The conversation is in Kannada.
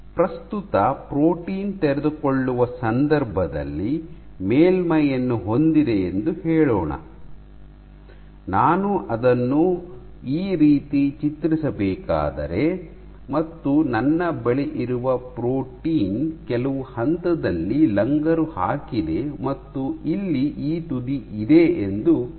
ಪ್ರಸ್ತುತ ಪ್ರೋಟೀನ್ ತೆರೆದುಕೊಳ್ಳುವ ಸಂದರ್ಭದಲ್ಲಿ ಮೇಲ್ಮೈಯನ್ನು ಹೊಂದಿದೆ ಎಂದು ಹೇಳೋಣ ನಾನು ಅದನ್ನು ಈ ರೀತಿ ಚಿತ್ರಿಸಬೇಕಾದರೆ ಮತ್ತು ನನ್ನ ಬಳಿ ಇರುವ ಪ್ರೋಟೀನ್ ಕೆಲವು ಹಂತದಲ್ಲಿ ಲಂಗರು ಹಾಕಿದೆ ಮತ್ತು ಇಲ್ಲಿ ಈ ತುದಿ ಇದೆ ಎಂದು ತಿಳಿಸುತ್ತಿದೆ